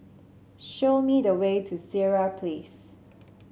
show me the way to Sireh Place